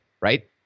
right